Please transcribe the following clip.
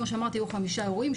כמו שאמרתי היו חמישה אירועים,